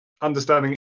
understanding